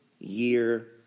year